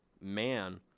man